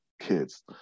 kids